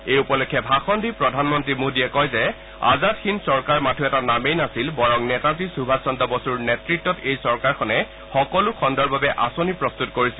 এই উপলক্ষে ভাষণ দি প্ৰধানমন্তী মোদীয়ে কয় যে আজাদ হিন্দ চৰকাৰ মাথোঁ এটা নামেই নাছিল বৰং নেতাজী সুভাষ চন্দ্ৰ বসুৰ নেতৃত্বত এই চৰকাৰখনে সকলো খণ্ডৰ বাবে আঁচনি প্ৰস্তত কৰিছিল